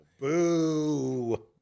Boo